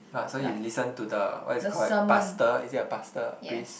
but so you listen to the what is it called pastor is it a pastor a priest